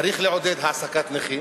צריך לעודד העסקת נכים,